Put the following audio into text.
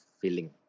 feeling